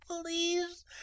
please